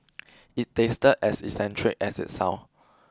it tasted as eccentric as it sound